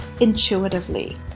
intuitively